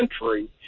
country